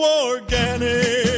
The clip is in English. organic